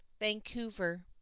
Vancouver